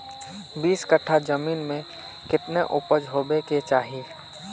बीस कट्ठा जमीन में कितने उपज होबे के चाहिए?